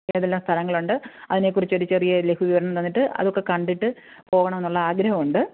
ഏതെല്ലാം സ്ഥലങ്ങളുണ്ട് അതിനെ കുറിച്ചൊരു ചെറിയ ലഘു വിവരണം തന്നിട്ട് അതൊക്കെ കണ്ടിട്ട് പോകണമെന്നുള്ള ആഗ്രഹമുണ്ട്